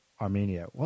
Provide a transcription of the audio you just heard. Armenia